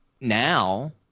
Now